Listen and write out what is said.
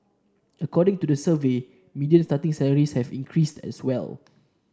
according to the survey median starting salaries have increased as well